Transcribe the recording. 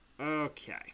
...okay